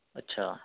اچھا